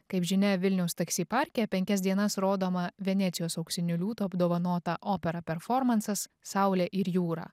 kaip žinia vilniaus taksi parke penkias dienas rodoma venecijos auksiniu liūtu apdovanota opera performansas saulė ir jūra